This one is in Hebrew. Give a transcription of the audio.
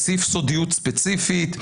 סעיף סודיות ספציפית,